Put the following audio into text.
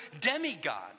demigod